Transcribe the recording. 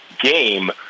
game